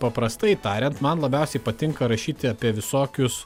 paprastai tariant man labiausiai patinka rašyti apie visokius